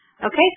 Okay